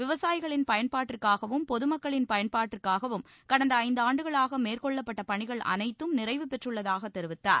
விவசாயிகளின் பயன்பாட்டிற்காகவும் பொதுமக்களின் பயன்பாட்டிற்காகவும் கடந்த ஐந்து ஆண்டுகளாக மேற்கொள்ளப்பட்ட பணிகள் அனைத்தும் நிறைவு பெற்றுள்ளதாகத் தெரிவித்தார்